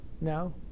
No